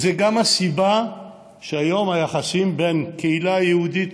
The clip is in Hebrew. זו גם הסיבה שהיום היחסים בין הקהילה היהודית